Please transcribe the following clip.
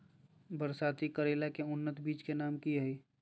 बरसाती करेला के उन्नत बिज के नाम की हैय?